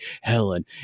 Helen